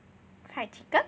fried chicken